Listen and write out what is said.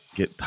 get